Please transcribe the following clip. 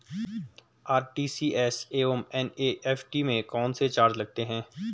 RTGS एवं NEFT में कौन कौनसे चार्ज लगते हैं?